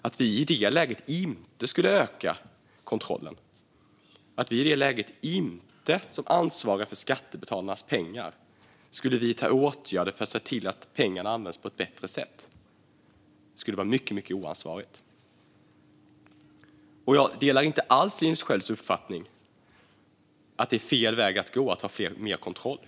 Att vi i detta läge inte skulle öka kontrollen och att vi, som ansvariga för skattebetalarnas pengar, inte skulle vidta åtgärder för att se till att pengarna används på ett bättre sätt vore mycket oansvarigt. Jag delar inte alls Linus Skölds uppfattning att det är fel väg att gå att ha mer kontroll.